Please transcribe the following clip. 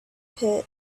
pit